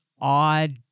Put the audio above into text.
odd